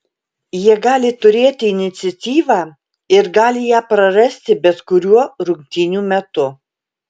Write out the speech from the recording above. jie gali turėti iniciatyvą ir gali ją prarasti bet kuriuo rungtynių metu